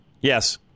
Yes